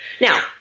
Now